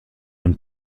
und